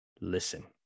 listen